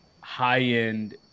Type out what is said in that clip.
high-end